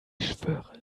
schwöre